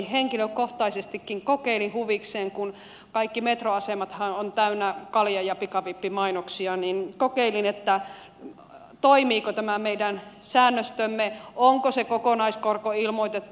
henkilökohtaisestikin kokeilin huvikseni kun kaikki metroasemathan ovat täynnä kalja ja pikavippimainoksia toimiiko tämä meidän säännöstömme onko se kokonaiskorko ilmoitettu